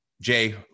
Jay